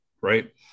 right